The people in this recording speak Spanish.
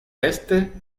este